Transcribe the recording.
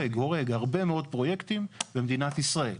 הורג הרבה מאוד פרויקטים במדינת ישראל.